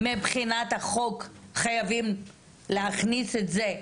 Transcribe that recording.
האם מבחינת החוק חייבים להכניס את זה,